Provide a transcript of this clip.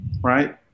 right